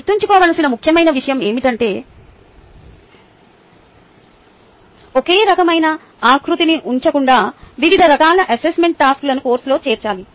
గుర్తుంచుకోవలసిన ముఖ్యమైన విషయం ఏమిటంటే ఒకే రకమైన ఆకృతిని ఉంచకుండా వివిధ రకాల అసెస్మెంట్ టాస్క్లను కోర్సులో చేర్చాలి